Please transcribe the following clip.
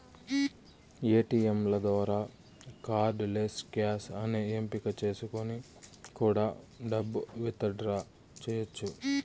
ఏటీయంల ద్వారా cardless cash అనే ఎంపిక చేసుకొని కూడా డబ్బు విత్ డ్రా చెయ్యచ్చు